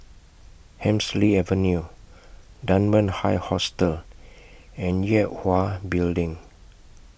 Hemsley Avenue Dunman High Hostel and Yue Hwa Building